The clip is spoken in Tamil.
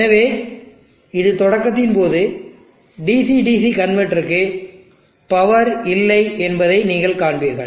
எனவே இது தொடக்கத்தின் போது DC DC கன்வெர்ட்டருக்கு பவர் இல்லை என்பதை நீங்கள் காண்பீர்கள்